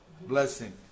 blessing